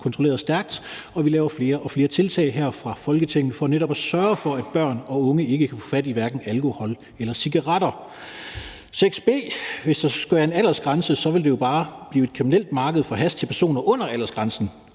kontrolleret stærkt, og vi laver her fra Folketingets side flere og flere tiltag for netop at sørge for, at børn og unge ikke kan få fat i hverken alkohol eller cigaretter. Hvis der skal være en aldersgrænse, vil der jo bare blive et kriminelt marked for hash til personer under aldersgrænsen.